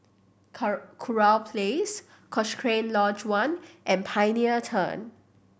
Kurau Place Cochrane Lodge One and Pioneer Turn